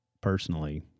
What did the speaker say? personally